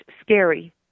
scary